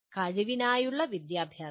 കഴിവിനായുള്ള വിദ്യാഭ്യാസം